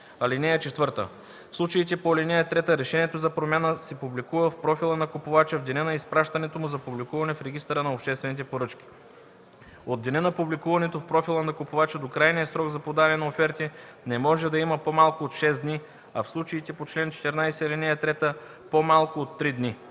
(4) В случаите по ал. 3 решението за промяна се публикува в профила на купувача в деня на изпращането му за публикуване в регистъра на обществените поръчки. От деня на публикуването в профила на купувача до крайния срок за подаване на оферти не може да има по-малко от 6 дни, а в случаите по чл. 14, ал. 3 – по-малко от три дни.”